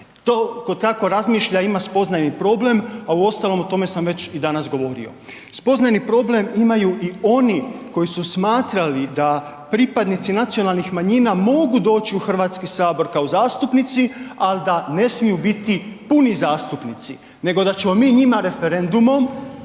Tko tako razmišlja ima spoznajni problem, a uostalom o tome sam već danas i govorio. Spoznajni problem imaju i oni koji su smatrali da pripadnici nacionalnih manjina mogu doći u HS kao zastupnici, ali da ne smiju biti puni zastupnici nego da ćemo mi njima referendumom